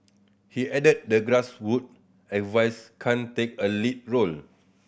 he added the grassroot advise can take a lead role